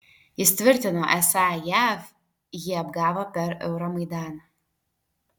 jis tvirtino esą jav jį apgavo per euromaidaną